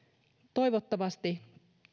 toivottavasti